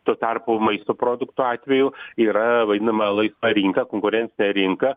tuo tarpu maisto produktų atveju yra vadinama laisva rinka konkurencinė rinka